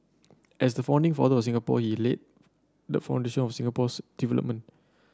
as the founding father of Singapore he laid the foundation for Singapore's development